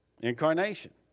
Incarnation